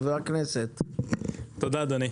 תודה, אדוני.